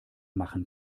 machen